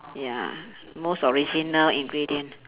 ya most original ingredient